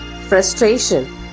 frustration